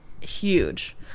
huge